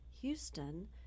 Houston